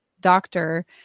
doctor